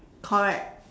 correct